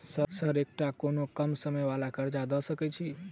Sir एकटा कोनो कम समय वला कर्जा दऽ सकै छी?